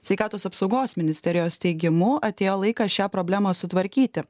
sveikatos apsaugos ministerijos teigimu atėjo laikas šią problemą sutvarkyti